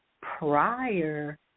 prior